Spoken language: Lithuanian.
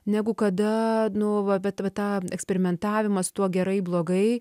negu kada nu va bet va ta eksperimentavimas tuo gerai blogai